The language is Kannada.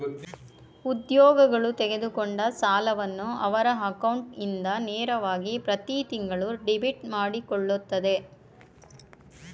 ಉದ್ಯೋಗಗಳು ತೆಗೆದುಕೊಂಡ ಸಾಲವನ್ನು ಅವರ ಅಕೌಂಟ್ ಇಂದ ನೇರವಾಗಿ ಪ್ರತಿತಿಂಗಳು ಡೆಬಿಟ್ ಮಾಡಕೊಳ್ಳುತ್ತರೆ